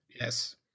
Yes